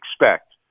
expect